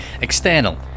External